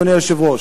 אדוני היושב-ראש,